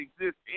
exist